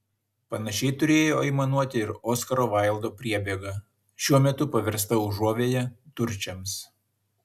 panašiai turėjo aimanuoti ir oskaro vaildo priebėga šiuo metu paversta užuovėja turčiams